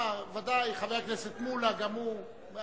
ודאי, חבר הכנסת מולה, גם הוא.